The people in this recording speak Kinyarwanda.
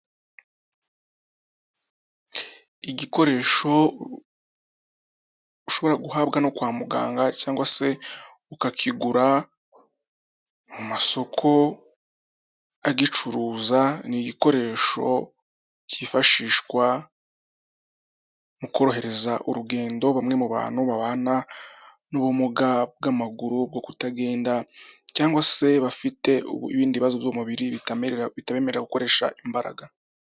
Igikoresho ushobora guhabwa no kwa muganga cyangwa se ukakigura mu masoko agicuruza, ni igikoresho cyifashishwa mu korohereza urugendo bamwe mu bantu babana n'ubumuga bw'amaguru; bwo kutagenda cyangwa se bafite ibindi bibazo by'umubiri bitabemerera gukoresha imbaraga.